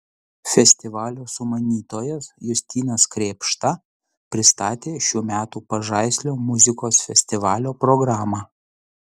festivalio sumanytojas justinas krėpšta pristatė šių metų pažaislio muzikos festivalio programą